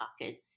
pocket